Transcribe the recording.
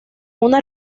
una